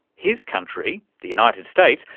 his country the united states,